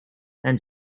and